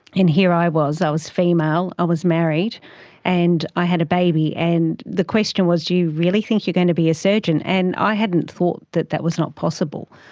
and here i was, i was female, i was married and i had a baby. and the question was, do you really think you're going to be a surgeon? and i hadn't thought that that was not possible.